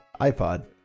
iPod